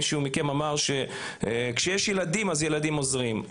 מישהו מכם אמר שכשיש ילדים אז הילדים עוזרים.